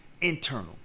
Internal